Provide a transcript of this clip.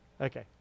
Okay